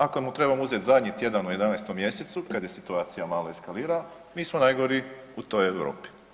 Ako mu trebam uzeti zadnji tjedan u 11. mjesecu kad je situacija malo eskalira mi smo najgori u toj Europi.